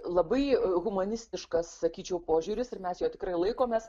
labai humanistiškas sakyčiau požiūris ir mes jo tikrai laikomės